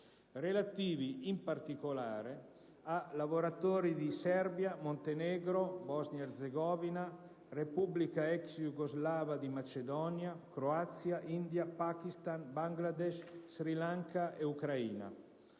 relativi, in particolare, a lavoratori di Serbia, Montenegro, Bosnia-Erzegovina, Repubblica ex Jugoslava di Macedonia, Croazia, India, Pakistan, Bangladesh, Sri Lanka e Ucraina;